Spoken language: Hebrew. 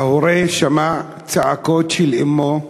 ההורה, שמע צעקות של אמו,